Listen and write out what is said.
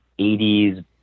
80s